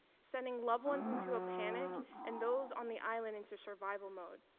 sending loved ones into a panic and those on the island into survival mode.